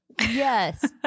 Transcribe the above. Yes